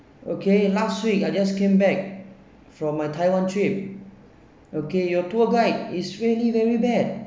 okay last week I just came back from my taiwan trip okay your tour guide is really very bad